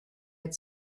had